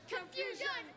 Confusion